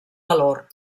valor